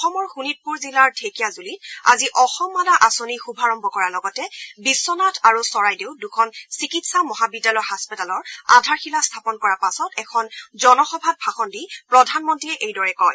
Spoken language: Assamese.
অসমৰ শোণিতপুৰ জিলাৰ ঢেকিয়াজুলিত আজি অসম মালা আঁচনি শুভাৰম্ভ কৰাৰ লগতে বিধ্বনাথ আৰু চৰাইদেউত দুখন চিকিৎসা মহাবিদ্যালয় হাস্পাতালৰ আধাৰশিলা স্থাপন কৰাৰ পাছত এখন জনসভাত ভাষণ দি প্ৰধানমন্ত্ৰীয়ে এইদৰে কয়